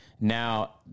Now